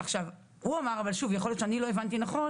הוא אמר ויכול להיות שלא הבנתי נכון